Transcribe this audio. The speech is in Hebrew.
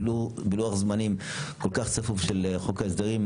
ולו בלוח זמנים כל כך צפוף של חוק ההסדרים,